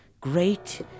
great